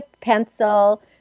pencil